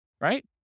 right